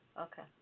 Okay